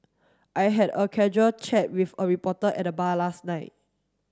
I had a casual chat with a reporter at the bar last night